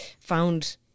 found